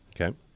Okay